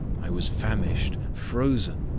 i was famished, frozen,